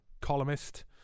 columnist